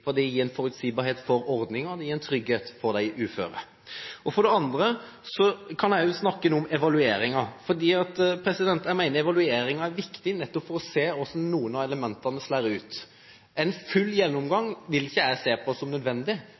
det gir en forutsigbarhet for ordningen og en trygghet for de uføre. For det andre kan jeg også snakke noe om evalueringen, for jeg mener evalueringen er viktig nettopp for å se hvordan noen av elementene slår ut. En full gjennomgang vil ikke jeg se på som nødvendig.